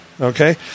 Okay